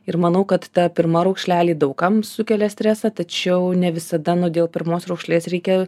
ir manau kad ta pirma raukšlelė daug kam sukelia stresą tačiau ne visada pirmos raukšlės reikia